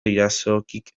irazokik